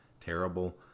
Terrible